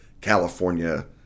California